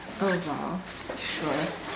oh !wow! sure